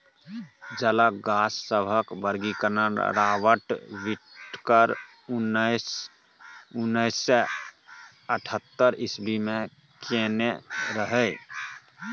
जलक गाछ सभक वर्गीकरण राबर्ट बिटकर उन्नैस सय अठहत्तर इस्वी मे केने रहय